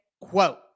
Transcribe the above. quote